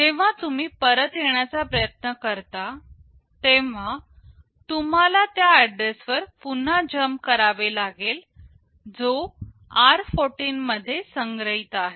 जेव्हा तुम्ही परत येण्याचा प्रयत्न करता तेव्हा तुम्हाला त्या ऍड्रेसवर पुन्हा जंप करावे लागेल जो r14 मध्ये संग्रहित आहे